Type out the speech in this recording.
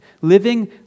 living